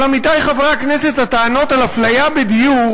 אבל, עמיתי חברי הכנסת, הטענות על אפליה בדיור